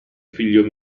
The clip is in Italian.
figlio